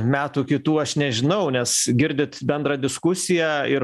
metų kitų aš nežinau nes girdit bendrą diskusiją ir